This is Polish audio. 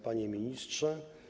Panie Ministrze!